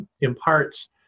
imparts